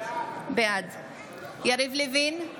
בעד יריב לוין,